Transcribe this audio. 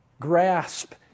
grasp